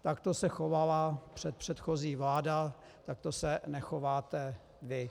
Takto se chovala předchozí vláda, takto se nechováte vy.